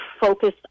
focused